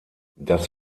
das